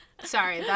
Sorry